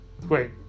Wait